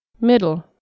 Middle